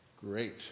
great